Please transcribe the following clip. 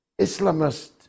Islamist